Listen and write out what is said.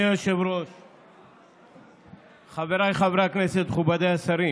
תלם, חברת הכנסת מגן תלם,